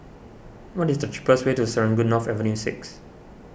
what is the cheapest way to Serangoon North Avenue six